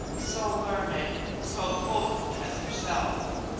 so learned, so potent as yourself.